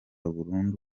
burundu